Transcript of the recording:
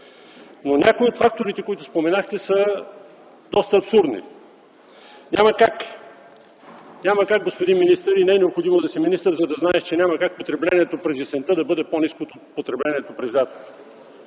Но някои от факторите, които споменахте, са доста абсурдни. Няма как, господин министър, а и не е необходимо да си министър, за да знаеш, че няма как потреблението през есента да бъде по-ниско от потреблението през лятото.